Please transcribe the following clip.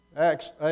Acts